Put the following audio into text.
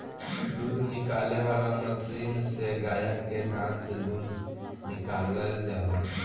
दूध निकाले वाला मशीन से गाय के थान से दूध निकालल जाला